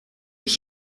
ich